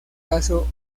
caso